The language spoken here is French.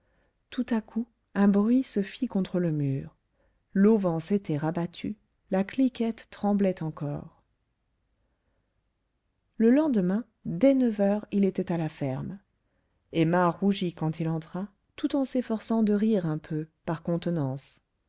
tout à coup un bruit se fit contre le mur l'auvent s'était rabattu la cliquette tremblait encore le lendemain dès neuf heures il était à la ferme emma rougit quand il entra tout en s'efforçant de rire un peu par contenance